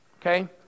Okay